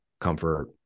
comfort